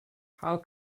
how